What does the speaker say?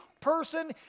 person